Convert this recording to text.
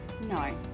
No